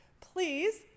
please